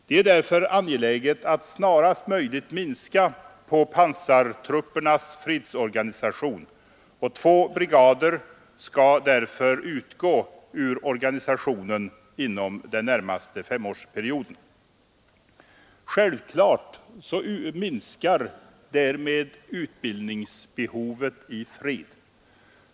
Det är därför angeläget att snarast möjligt minska på pansartruppernas fredsorganisation. Två brigader skall på grund härav utgå ur organisationen inom den närmaste femårsperioden. Självfallet minskar därmed utbildningsbehovet i fred.